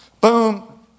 boom